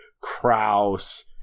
kraus